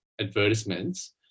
advertisements